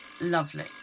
Lovely